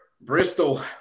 Bristol